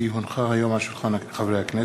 כי הונחה היום על שולחן הכנסת,